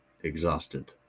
exhausted